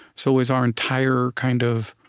so is our entire, kind of,